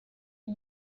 iyi